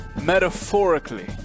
metaphorically